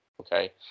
okay